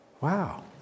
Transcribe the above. Wow